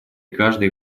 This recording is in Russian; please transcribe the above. каждое